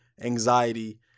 anxiety